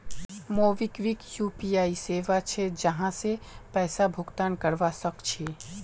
MobiKwik UPI सेवा छे जहासे पैसा भुगतान करवा सक छी